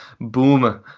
boom